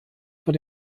vor